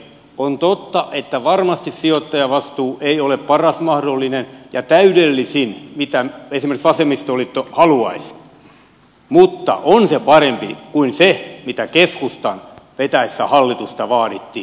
on totta että varmasti sijoittajavastuu ei ole paras mahdollinen ja täydellisin mitä esimerkiksi vasemmistoliitto haluaisi mutta on se parempi kuin se mitä keskustan vetäessä hallitusta vaadittiin